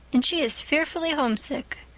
and she is fearfully homesick.